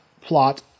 plot